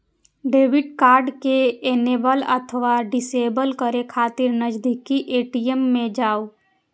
debit card कें enable अथवा disable करै खातिर नजदीकी ए.टी.एम जाउ